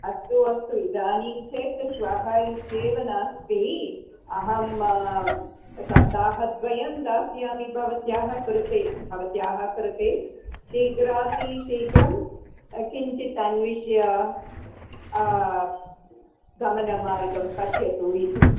अस्तु अस्तु इदानीं चेत् श्वः इत्येव नास्ति अहं सप्ताहद्वयं दास्यामि भवत्याः कृते भवत्याः कृते शीघ्राति शीघ्रं किञ्चित् अन्विष्य गमनमार्गं पश्यतु इति